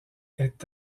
est